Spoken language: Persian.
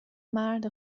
مرد